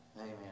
Amen